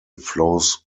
flows